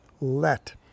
let